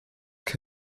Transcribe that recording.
that